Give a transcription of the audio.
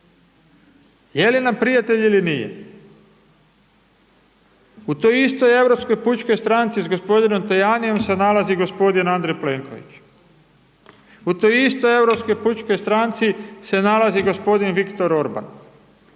je li nam prijatelj ili nije? U toj istoj Europskoj pučkoj stranci s g. Tajanijem se nalazi g. Andrej Plenković. U toj istoj Europskoj pučkoj stranci se nalazi g. Viktor Orban